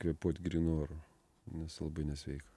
kvėpuot grynu oru nes labai nesveika